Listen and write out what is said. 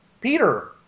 Peter